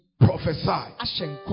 prophesy